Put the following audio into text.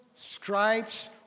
stripes